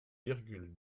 virgule